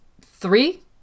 three